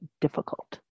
difficult